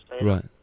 Right